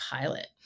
pilot